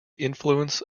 influence